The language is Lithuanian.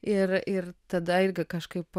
ir ir tada irgi kažkaip